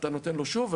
ואתה נותן לו שוב.